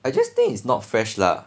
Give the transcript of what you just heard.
I just think it's not fresh lah